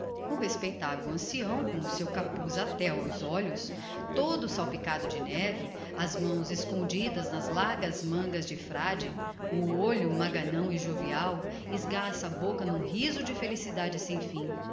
o respeitavel ancião com o seu capuz até aos olhos todo salpicado de neve as mãos escondidas nas largas mangas de frade o olho maganão e jovial esgarça a bocca n'um riso de felicidade sem fim